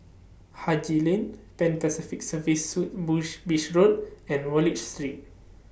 Haji Lane Pan Pacific Serviced Suites Bush Beach Road and Wallich Street